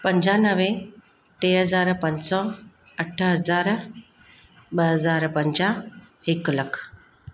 पंजानवे टे हज़ार पंज सौ अठ हज़ार ॿ हज़ार पंजाह हिकु लख